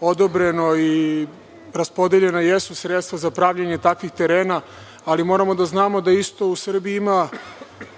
odobreno i jesu raspodeljena sredstva za pravljenje takvih terena, ali moramo da znamo da isto u Srbiji ima